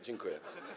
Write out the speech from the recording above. Dziękuję.